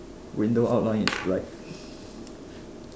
window outline is black